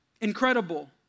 incredible